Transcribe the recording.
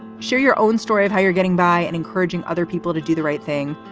share your own story of how you're getting by and encouraging other people to do the right thing.